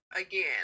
Again